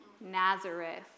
Nazareth